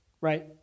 right